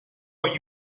what